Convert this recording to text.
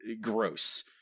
Gross